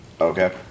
Okay